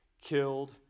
killed